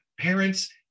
parents